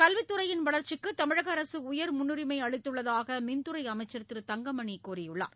கல்வித் துறையின் வளர்ச்சிக்கு தமிழக அரசு உயர் முன்னுரிமை அளித்துள்ளதாக மின்துறை அமைச்சர் திரு தங்கமணி கூறியுள்ளார்